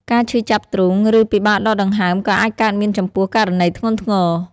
ការឈឺចាប់ទ្រូង ឬពិបាកដកដង្ហើមក៏អាចកើតមានចំពោះករណីធ្ងន់ធ្ងរ។